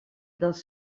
dels